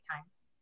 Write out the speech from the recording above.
times